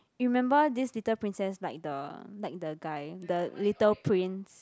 you remember this little princess like the like the guy the little prince